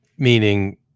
meaning